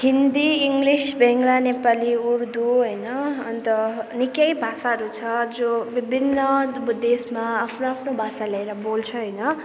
Hindi English Bangla Nepali Urdu होइन अन्त निक्कै भाषाहरू छ जो विभिन्न देशमा आफ्नो आफ्नो भाषा ल्याएर बोल्छ होइन